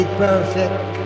perfect